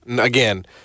Again